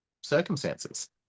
circumstances